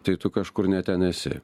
tai tu kažkur ne ten esi